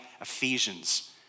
Ephesians